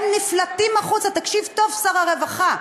הם נפלטים החוצה, תקשיב טוב, שר הרווחה,